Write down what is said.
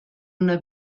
una